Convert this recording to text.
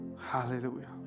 Hallelujah